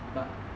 but